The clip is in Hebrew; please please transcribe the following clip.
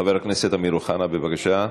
חבר הכנסת אמיר אוחנה, בבקשה,